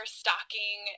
stocking